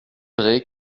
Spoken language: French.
vrai